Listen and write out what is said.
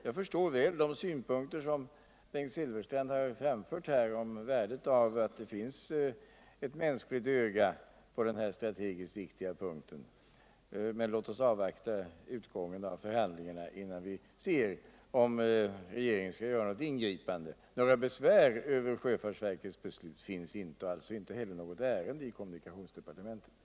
Jag förstår väl de synpunkter som Bengt Silfverstrand har framfört här om värdet av att det finns ett mänskligt öga på denna strategiskt viktiga punkt. men låt oss avvakta utgången av förhandlingarna innan vi beslutar om regeringen skall göra något ingripande. Några besvär över sjöfartsverkets beslut finns inte, och alltså föreligger inte heller något ärende i kommunikationsdepartementet.